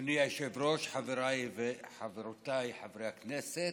אדוני היושב-ראש, חבריי וחברותיי חברי הכנסת,